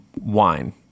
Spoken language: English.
wine